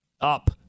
up